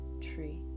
tree